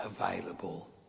available